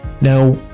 now